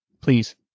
Please